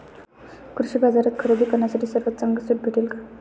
कृषी बाजारात खरेदी करण्यासाठी सर्वात चांगली सूट भेटेल का?